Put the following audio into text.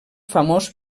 famós